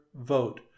vote